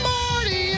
Marty